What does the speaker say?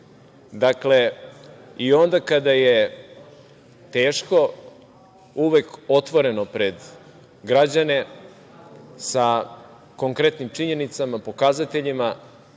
Dakle, i onda kada je teško uvek otvoreno pred građane sa konkretnim činjenicama, pokazateljima